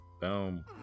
Boom